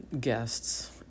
guests